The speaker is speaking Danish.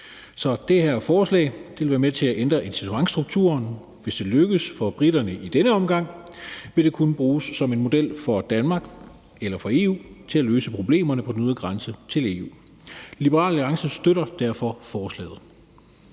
Det her forslag vil være med til at ændre incitamentsstrukturen. Hvis det lykkes for briterne i denne omgang, vil det kunne bruges som en model for Danmark eller for EU til at løse problemerne ved den ydre grænse til EU. Liberal Alliance støtter derfor forslaget.